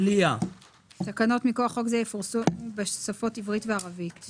הצבעה הרוויזיה לא נתקבלה הרוויזיה לא התקבלה.